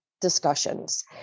discussions